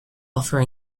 offer